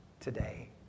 today